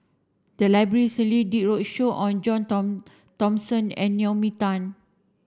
the library recently did a roadshow on John Thomson and Naomi Tan